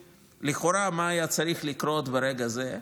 לכאורה, מה היה צריך לקרות ברגע זה?